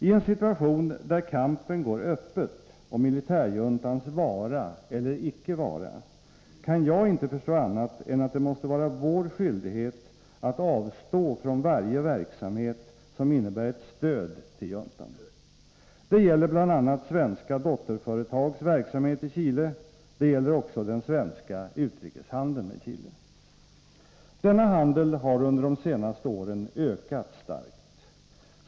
I en situation där kampen går öppet om militärjuntans vara eller icke vara kan jag inte förstå annat än att det måste vara vår skyldighet att avstå från varje verksamhet som innebär ett stöd till juntan. Det gäller bl.a. svenska dotterföretags verksamhet i Chile, det gäller också den svenska utrikeshandeln med Chile. Denna handel har under de senaste åren ökat starkt.